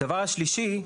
הדבר השלישי,